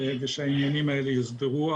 ושהעניינים האלה יוסדרו.